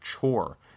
chore